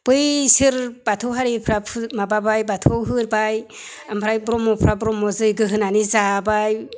बैसोर बाथौ हारिफोरा माबाबाय बाथौ होबाय ओमफ्राय ब्रह्मफ्रा ब्रह्म जैग्य' होनानै जाबाय